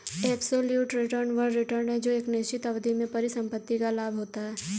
absolute return वह return है जो एक निश्चित अवधि में परिसंपत्ति का लाभ होता है